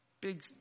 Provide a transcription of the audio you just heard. big